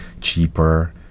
cheaper